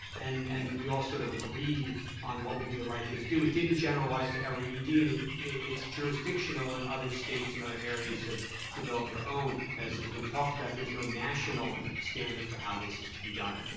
and and we all sort of agreed on what would be the right thing to do. we didn't generalize to every ed, and ah it's jurisdictional in and other states and other areas have developed their own. as has been talked about, there's no national standard for how this is to be done.